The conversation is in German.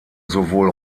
sowohl